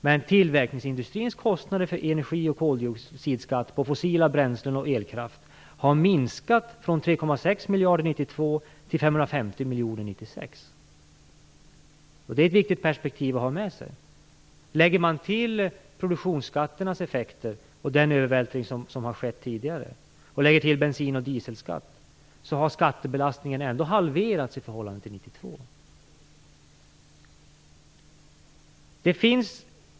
Men tillverkningsindustrins kostnader för energi och koldioxidskatt på fossila bränslen och elkraft har minskat från 3,6 miljarder 1992 till 550 miljoner 1996. Detta är ett viktigt perspektiv att notera. Även om man lägger till produktionsskatternas effekter och den övervältring som tidigare har skett samt bensin och dieselskatt, har skattebelastningen ändå halverats i förhållande till 1992.